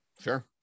Sure